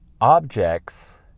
Objects